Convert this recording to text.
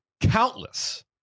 countless